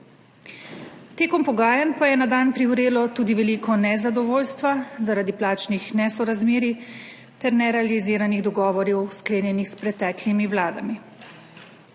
med pogajanji pa je na dan privrelo tudi veliko nezadovoljstva zaradi plačnih nesorazmerij ter nerealiziranih dogovorov, sklenjenih s preteklimi vladami.